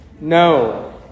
No